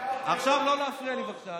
עכשיו לא להפריע לי, בבקשה.